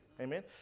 Amen